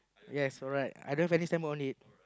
yes alright I don't have any signboard on it